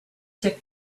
took